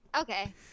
okay